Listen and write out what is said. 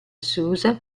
susan